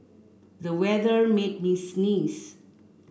the weather made me sneeze